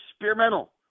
experimental